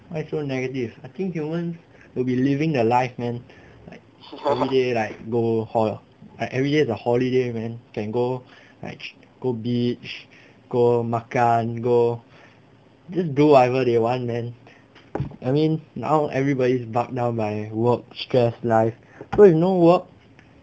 why so negative I think human will be living the life man like everyday like go ho~ like everyday got holiday man can go like go beach go makan go just do whatever they want man I mean now everybody is bug now by work stress life so you know work